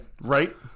Right